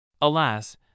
Alas